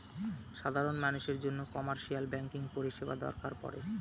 সাধারন মানুষের জন্য কমার্শিয়াল ব্যাঙ্কিং পরিষেবা দরকার পরে